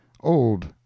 old